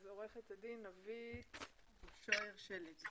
עורכת הדין נוית בושוער שלג.